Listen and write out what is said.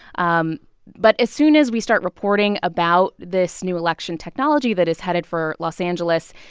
um but as soon as we start reporting about this new election technology that is headed for los angeles,